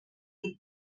the